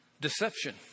Deception